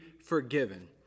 forgiven